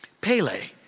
Pele